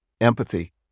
empathy